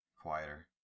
Quieter